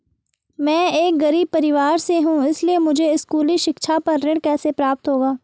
मैं एक गरीब परिवार से हूं इसलिए मुझे स्कूली शिक्षा पर ऋण कैसे प्राप्त होगा?